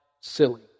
silly